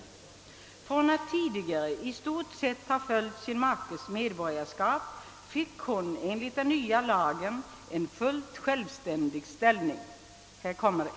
Efter att tidigare i stort sett ha följt sin makes medborgarskap fick hon enligt den nya lagen en fullt självständig ställning.